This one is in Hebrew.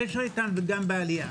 הקשר איתם וגם בעלייה.